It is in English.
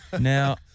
Now